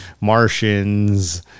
Martians